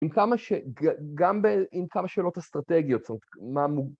עם כמה שאלות אסטרטגיות